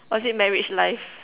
or is it marriage life